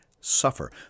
suffer